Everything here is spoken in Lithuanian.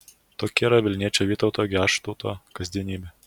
tokia yra vilniečio vytauto geštauto kasdienybė